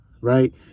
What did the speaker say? Right